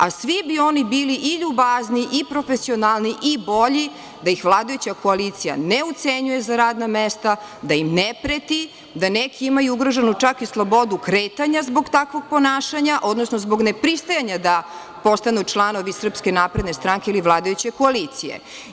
A svi bi oni bili i ljubazniji i profesionalniji i bolji da ih vladajuća koalicija ne ucenjuje za radna mesta, da im ne preti, da neki nemaju ugroženu čak i slobodu kretanja zbog takvog ponašanja, odnosno zbog ne pristajanja da postanu članovi SNS ili vladajuće koalicije.